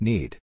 Need